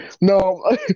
No